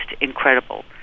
incredible